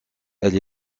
elle